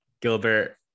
gilbert